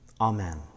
Amen